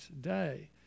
day